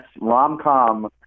rom-com